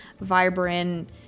vibrant